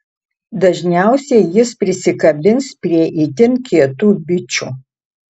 dažniausiai jis prisikabins prie itin kietų bičų